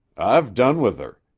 i've done with her.